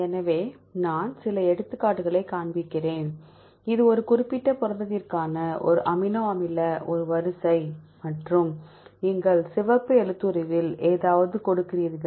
எனவே நான் சில எடுத்துக்காட்டுகளைக் காண்பிக்கிறேன் இது ஒரு குறிப்பிட்ட புரதத்திற்கான ஒரு அமினோ ஒரு வரிசை மற்றும் நீங்கள் சிவப்பு எழுத்துருவில் ஏதாவது கொடுக்கிறீர்கள்